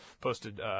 Posted